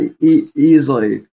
easily